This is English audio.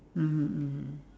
mmhmm mmhmm